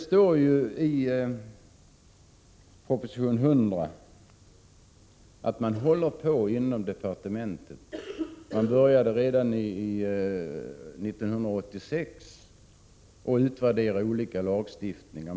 I proposition 100 uppges att man inom departementet håller på — man började redan 1986 — och utvärderar olika lagstiftningar.